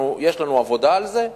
יש לנו עבודה על הדבר הזה,